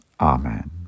Amen